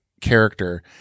character